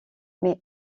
mais